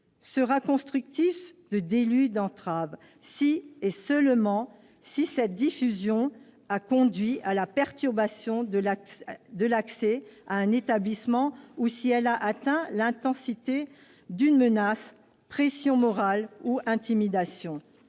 sera constitutif de délit d'entrave si et seulement si cette diffusion a conduit à la perturbation de l'accès à un établissement ou si elle a atteint l'intensité d'une menace, pression morale ou intimidation.